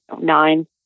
nine